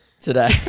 today